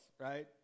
right